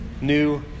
New